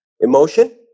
emotion